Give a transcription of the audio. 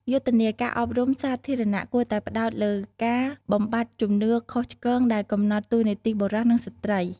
យុទ្ធនាការអប់រំសាធារណៈគួរតែផ្តោតលើការបំបាត់ជំនឿខុសឆ្គងដែលកំណត់តួនាទីបុរស និងស្ត្រី។